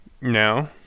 No